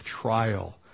trial